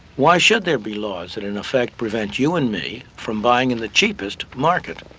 why should there be laws that in effect prevent you and me from buying in the cheapest market?